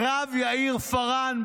הרב יאיר פארן,